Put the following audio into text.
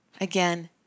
Again